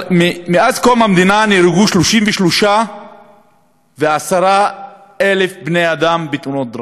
מאז קום המדינה נהרגו 33,010 בתאונות דרכים.